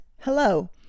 Hello